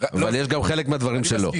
אבל יש גם חלק מהדברים שלא.